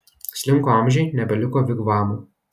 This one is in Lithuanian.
slinko amžiai nebeliko vigvamų